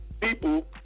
people